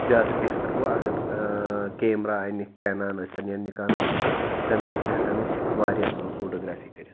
زیادٕ بہتر گوٚو اگر ٲں کیمرا اَنہِ کیٚنان ٲسۍ تن یا نِکان ٲسۍ تن تمہِ سۭتۍ چھِ ہیٚکان أسۍ واریاہ اصٕل فوٗٹوٗگرٛافی کٔرِتھ